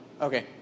Okay